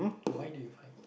why do you fight